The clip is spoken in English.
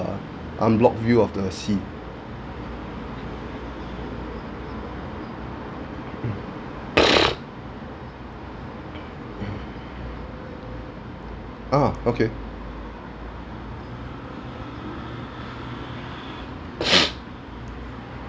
unblocked view of the sea uh okay